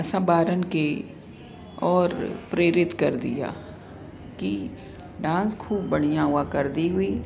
असां ॿारनि खे और प्रेरित करदी आहे की डांस खूब बढ़िया हूआ करदी हुई